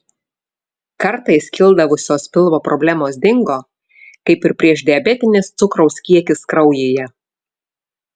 kartais kildavusios pilvo problemos dingo kaip ir priešdiabetinis cukraus kiekis kraujyje